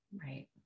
Right